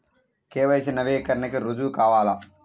KYC నవీకరణకి రుజువు కావాలా?